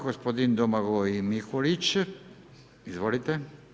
Gospodin Domagoj Mikulić izvolite.